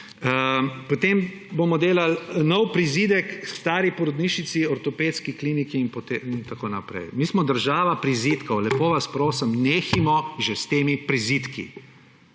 Potem bomo delali nov prizidek k stari porodnišnici, ortopedski kliniki in tako naprej. Mi smo država prizidkov. Lepo vas prosim, nehajmo že s temi prizidki.